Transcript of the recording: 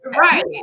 Right